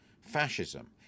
fascism